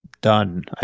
done